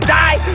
die